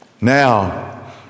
Now